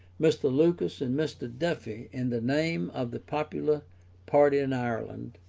mr. lucas and mr. duffy, in the name of the popular party in ireland,